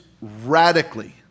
radically